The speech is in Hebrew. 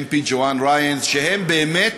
MP ג'ואן ריאן, שהם באמת